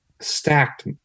stacked